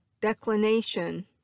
declination